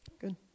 good